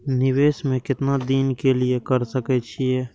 निवेश में केतना दिन के लिए कर सके छीय?